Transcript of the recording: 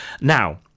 Now